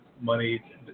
money